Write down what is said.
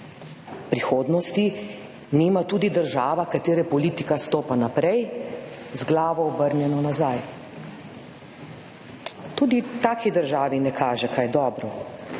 Prihodnosti nima tudi država, katere politika stopa naprej z glavo, obrnjeno nazaj. Tudi taki državi ne kaže kaj dobro.